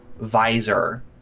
visor